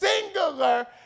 singular